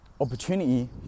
opportunity